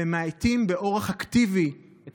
והם מאיטים באורח אקטיבי את